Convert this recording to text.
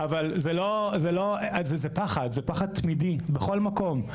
אבל זה פחד תמידי בכל מקום.